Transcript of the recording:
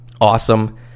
awesome